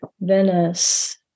Venice